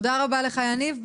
תודה רבה לך, יניב.